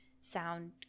sound